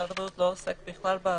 משרד הבריאות לא עוסק בכלל בקנסות.